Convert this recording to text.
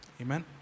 Amen